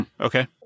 Okay